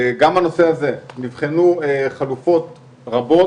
גם בנושא הזה נבחנו חלופות רבות